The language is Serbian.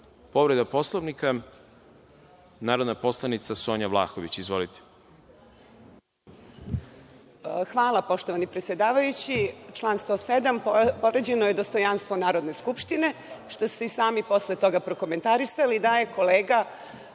Poslovnika, narodna poslanica Sonja Vlahović. Izvolite. **Sonja Vlahović** Hvala, poštovani predsedavajući. Član 107, povređeno je dostojanstvo Narodne skupštine, što ste i sami posle toga prokomentarisali, da je kolega